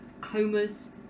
comas